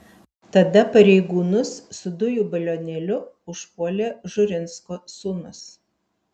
tada pareigūnus su dujų balionėliu užpuolė žurinsko sūnus